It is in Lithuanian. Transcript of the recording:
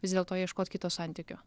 vis dėlto ieškot kito santykio